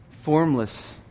Formless